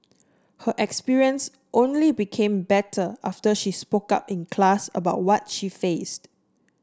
her experience only became better after she spoke up in class about what she faced